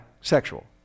sexual